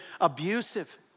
abusive